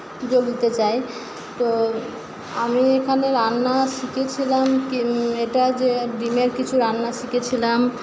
যোগ দিতে চাই তো আমি এখানে রান্না শিখেছিলাম এটা যে ডিমের কিছু রান্না শিখেছিলাম